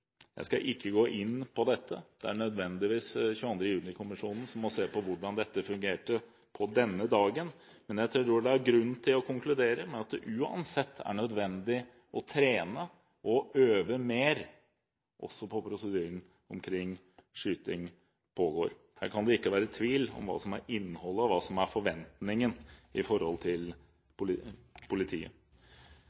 Jeg skal ikke gå inn på dette. Det er nødvendigvis 22. juli-kommisjonen som må se på hvordan dette fungerte denne dagen, men jeg tror det er grunn til å konkludere med at det uansett er nødvendig å trene, å øve mer, også på prosedyrene omkring «skyting pågår». Her kan det ikke være tvil om hva som er innholdet, og hva som er forventningen i forhold til